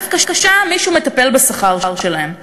דווקא שם מישהו מטפל בשכר שלהם.